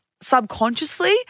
subconsciously